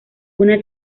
una